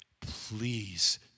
please